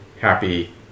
happy